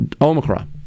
Omicron